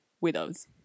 widows